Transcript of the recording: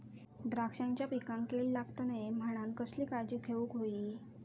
द्राक्षांच्या पिकांक कीड लागता नये म्हणान कसली काळजी घेऊक होई?